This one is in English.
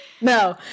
No